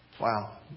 Wow